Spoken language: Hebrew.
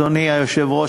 אדוני היושב-ראש,